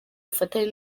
bufatanye